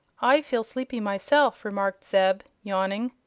i feel sleepy myself, remarked zeb, yawning.